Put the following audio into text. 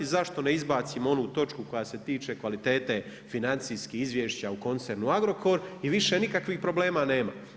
Zašto ne izbacimo onu točku koja se tiče kvalitete financijskih izvješća u koncernu Agrokor i više nikakvih problema nema.